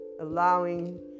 allowing